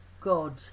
God